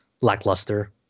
lackluster